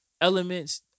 elements